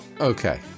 Okay